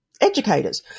educators